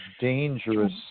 dangerous